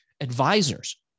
advisors